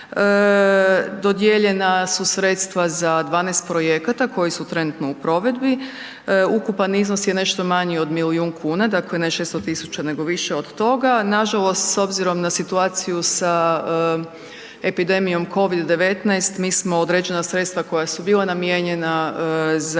dodijeljena su sredstva za 12 projekata koje su trenutno u provedbi. Ukupan iznos je nešto manje od milijun kuna, dakle ne 600 tisuća nego više od toga. Nažalost, s obzirom na situaciju sa epidemijom COVID-19, mi smo određena sredstva koja su bila namijenjena za